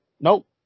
Nope